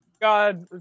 God